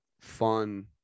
fun